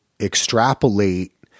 extrapolate